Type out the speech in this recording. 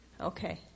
Okay